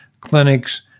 clinics